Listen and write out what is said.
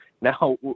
Now